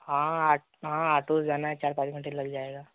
हाँ आट हाँ आटो से जाना है चार पाँच घंटे लग जाएगा